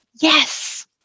yes